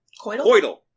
Coital